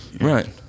Right